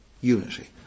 unity